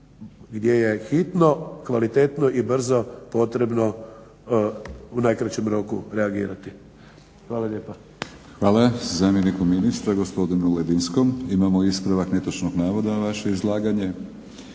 gdje je hitno kvalitetno i brzo potrebno u najkraćem roku reagirati. Hvala lijepa. **Batinić, Milorad (HNS)** Hvala zamjeniku ministra, gospodinu Ledinskom. Imamo ispravak netočnog navoda na vaše izlaganje.